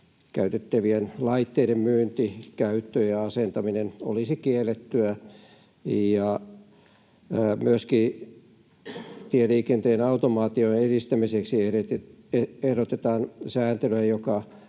käytettävien laitteiden myynti, käyttö ja asentaminen olisi kiellettyä. Myöskin tieliikenteen automaation edistämiseksi ehdotetaan sääntelyä, joka